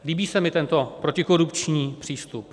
Líbí se mi tento protikorupční přístup.